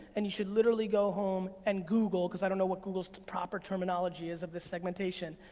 and you should literally go home and google, cause i don't know what google's proper terminology is of this segmentation,